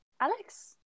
Alex